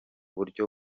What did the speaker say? buryo